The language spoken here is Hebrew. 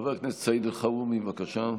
חבר הכנסת סעיד אלחרומי, בבקשה.